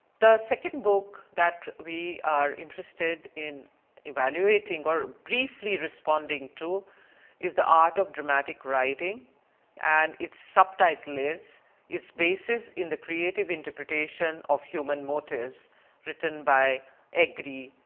the second book that we are interested in evaluating or briefly responding to is the art of dramatic writing and it is subtitle is its basis in the creative interpretation of human motives written by egri,